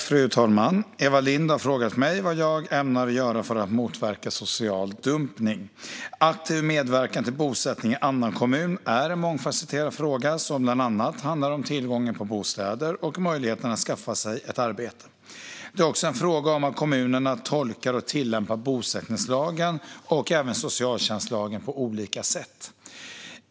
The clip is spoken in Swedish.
Fru talman! Eva Lindh har frågat mig vad jag ämnar göra för att motverka social dumpning. Aktiv medverkan till bosättning i annan kommun är en mångfasetterad fråga som bland annat handlar om tillgången på bostäder och möjligheterna att skaffa sig ett arbete. Det är också en fråga om att kommunerna tolkar och tillämpar bosättningslagen och socialtjänstlagen på olika sätt.